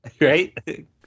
Right